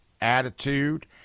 attitude